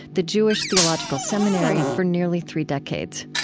the jewish theological seminary, for nearly three decades.